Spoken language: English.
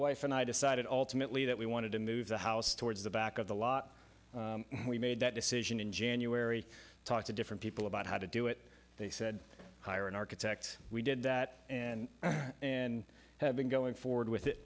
wife and i decided ultimately that we wanted to move the house towards the back of the lot we made that decision in january talked to different people about how to do it they said hire an architect we did that and and have been going forward with it